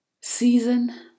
season